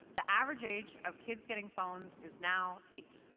the average age of kids getting phones is now eight.